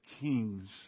kings